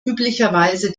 üblicherweise